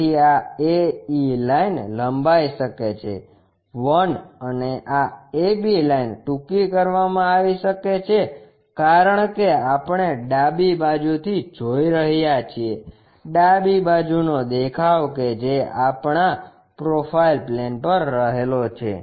તેથી આ AE line લંબાઈ શકે છે 1 અને આ ab લાઇન ટૂંકી કરવામાં આવી શકે છે કારણ કે આપણે ડાબી બાજુ થી જોઈ રહ્યા છીએ ડાબી બાજુનો દેખાવ કે જે આપણા પ્રોફાઈલ પ્લેન પર રહેલો છે